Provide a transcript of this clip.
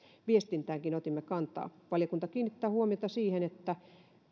viestintäänkin otimme kantaa valiokunta kiinnittää huomiota siihen että